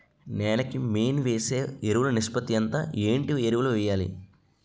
నేల కి మెయిన్ వేసే ఎరువులు నిష్పత్తి ఎంత? ఏంటి ఎరువుల వేయాలి?